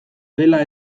dela